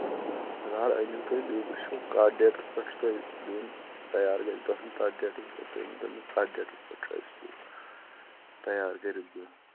فِلحال أنِو تُہۍ بیٚیہِ وُچھَو کتھ ڈیٚٹس پیٚٹھ چھُ تۅہہِ دیُن تَیار گژھِ گژھُن تتھ ڈیٚٹس پیٚٹھ تُہۍ ؤنٛۍتَو مےٚ کتھ ڈیٚٹس پیٚٹھ چھُ اسہِ یہِ تَیار کَرِتھ دیُن